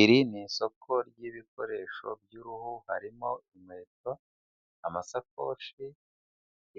Iri ni isoko ry'ibikoresho by'uruhu harimo inkweto, amasakoshi,